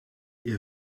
ihr